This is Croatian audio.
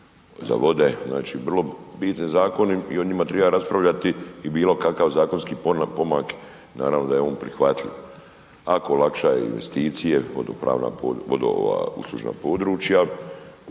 za vode, znači vrlo bitni zakoni i o njima treba raspravljati i bilo kakav zakonski pomak, naravno da je on prihvatljiv ako olakšava investicije, vodopravna, vodouslužna područja